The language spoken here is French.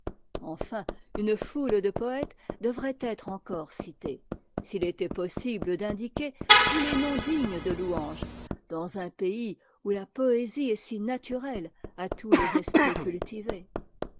enfin une foule de poëtes devraient encore être cités s'il était possible d'indiquer tous les noms dignes de louange dans un pays où la poésie est si naturelle à tous les esprits cultivés